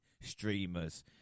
streamers